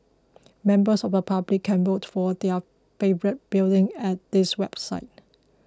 members of the public can vote for their favourite building at this website